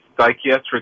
psychiatric